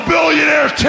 Billionaire